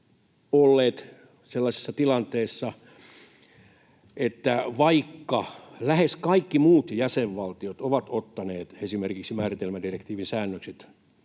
olleet sellaisessa tilanteessa, että vaikka lähes kaikki muut jäsenvaltiot ovat ottaneet jo käyttöön esimerkiksi määritelmädirektiivin säännökset,